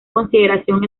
consideración